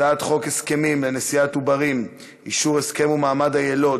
הצעת חוק הסכמים לנשיאת עוברים (אישור הסכם ומעמד היילוד)